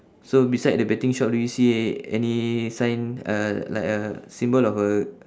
so beside the betting shop do you see any sign uh like a symbol of a